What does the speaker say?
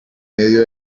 medio